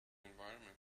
environment